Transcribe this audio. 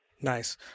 nice